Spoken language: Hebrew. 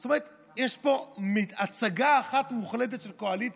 זאת אומרת, יש פה הצגה אחת מוחלטת של קואליציה